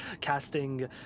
casting